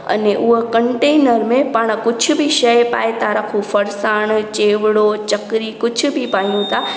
अने उअ कंटेनर में पाण कुझु बि शइ पाए था रखूं फर्साण चेवड़ो चकरी कुझु बि पायूं था